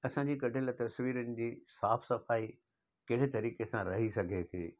आसांजी कढियल तस्वीरनि जी साफ़ु सफ़ाई कहिड़े तरीक़े सां रही सघे थी